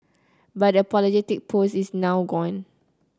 but the apologetic post is now gone